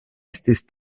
estis